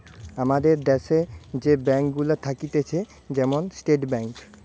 আমাদের দ্যাশে যে ব্যাঙ্ক গুলা থাকতিছে যেমন স্টেট ব্যাঙ্ক